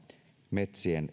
metsien